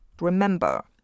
Remember